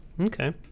Okay